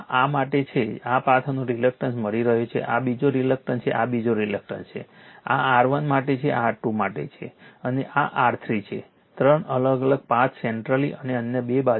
આ આ માટે છે આ પાથનો રિએક્ટન્સ મળી રહયો છે આ બીજો રિએક્ટન્સ છે આ બીજો રિલક્ટન્સ છે આ R1 માટે છે આ R2 છે અને આ R3 છે 3 અલગ અલગ પાથ સેન્ટ્રલી અને અન્ય બે બાજુઓ છે